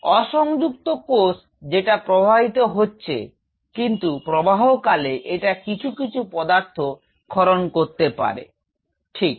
অসংযুক্ত কোষ যেটা প্রবাহিত হচ্ছে কিন্তু প্রবাহ কালে এটা কিছু কিছু পদার্থ ক্ষরণ করতে পারে ঠিক